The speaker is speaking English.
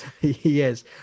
Yes